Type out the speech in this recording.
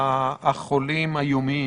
החולים היומיים